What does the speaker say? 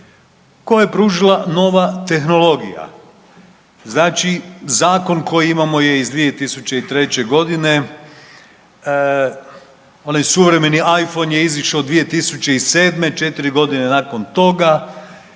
koje je pružila nova tehnologija. Znači zakon koji imamo je iz 2003.g., onaj suvremeni Iphone je izašao 2007.g., 4.g. nakon toga,